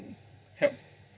help